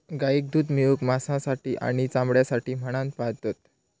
गाईक दूध मिळवूक, मांसासाठी आणि चामड्यासाठी म्हणान पाळतत